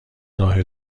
راه